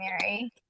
Mary